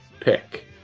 pick